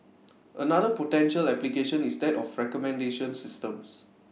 another potential application is that of recommendation systems